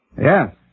Yes